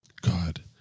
god